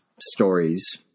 stories